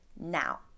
now